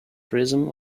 prism